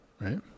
right